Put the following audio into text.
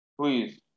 please